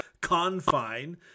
confine